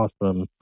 Awesome